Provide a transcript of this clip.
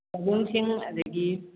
ꯃꯕꯨꯡꯁꯤꯡ ꯑꯗꯒꯤ